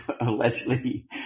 allegedly